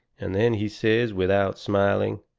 and then he says, without smiling